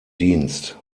dienst